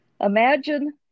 Imagine